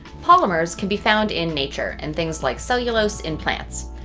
polymers can be found in nature in things like cellulose in plants.